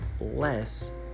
less